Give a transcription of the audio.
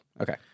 Okay